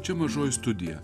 čia mažoji studija